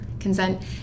Consent